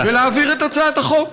ולהעביר את הצעת החוק.